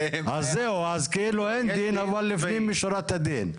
זהו, אז כאילו אין דין, אבל לפנים משורת הדין.